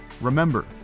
remember